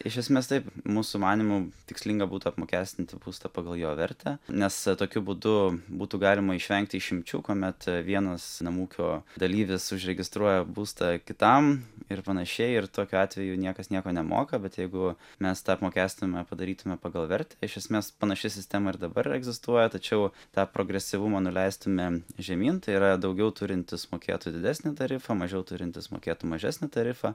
iš esmės taip mūsų manymu tikslinga būtų apmokestinti būstą pagal jo vertę nes tokiu būdu būtų galima išvengti išimčių kuomet vienas namų ūkio dalyvis užregistruoja būstą kitam ir panašiai ir tokiu atveju niekas nieko nemoka bet jeigu mes tą apmokestinimą padarytume pagal vertę iš esmės panaši sistema ir dabar egzistuoja tačiau tą progresyvumą nuleistumėm žemyn tai yra daugiau turintis mokėtų didesnį tarifą mažiau turintis mokėtų mažesnį tarifą